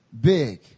big